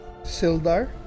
Sildar